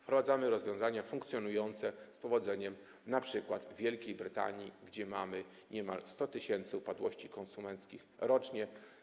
Wprowadzamy rozwiązania funkcjonujące z powodzeniem np. w Wielkiej Brytanii, gdzie ogłasza się niemal 100 tys. upadłości konsumenckich rocznie.